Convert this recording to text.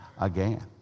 again